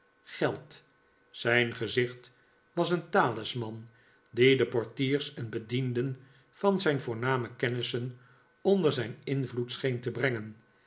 geld zijn gezicht was een talisman die de portiers en bedienden van zijn voorname kennissen onder zijn invloed scheen te brengen